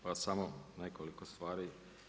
Pa samo nekoliko stvari.